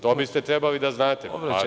To biste trebali da znate.